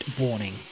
Warning